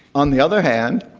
on the other hand,